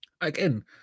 Again